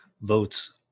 votes